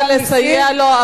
אני מוכנה לסייע לו,